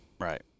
right